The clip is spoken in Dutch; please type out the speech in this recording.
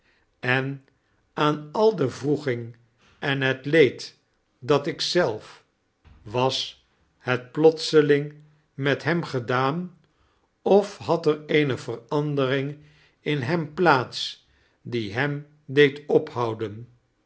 en aan al de wroeging en het leed dat ik zelf was het plotseling rmet hem gedaan of had er eene verandering in hem plaats die hem deed ophoudem